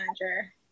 manager